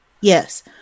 Yes